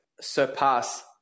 surpass